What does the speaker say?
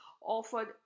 offered